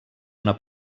una